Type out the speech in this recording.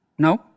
No